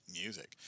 music